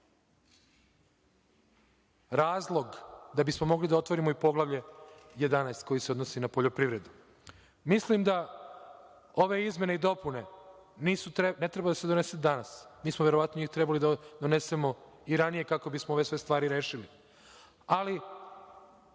razlog da bi smo mogli da otvorimo i poglavlje 11, koji se odnosi na poljoprivredu. Mislim da ove izmene i dopune ne treba da se donesu danas. Mi smo, verovatno njih trebali da donesemo i ranije, kako bi smo ove sve stvari rešili, ali